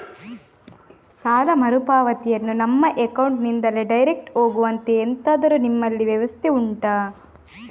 ಸಾಲ ಮರುಪಾವತಿಯನ್ನು ನಮ್ಮ ಅಕೌಂಟ್ ನಿಂದಲೇ ಡೈರೆಕ್ಟ್ ಹೋಗುವಂತೆ ಎಂತಾದರು ನಿಮ್ಮಲ್ಲಿ ವ್ಯವಸ್ಥೆ ಉಂಟಾ